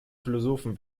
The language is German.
philosophen